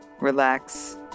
relax